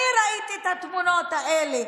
אני ראיתי את התמונות האלה,